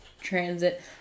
transit